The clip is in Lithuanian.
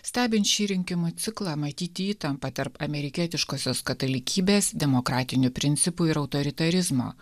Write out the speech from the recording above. stebint šį rinkimų ciklą matyti įtampą tarp amerikietiškosios katalikybės demokratinių principų ir autoritarizmo